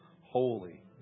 Holy